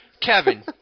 kevin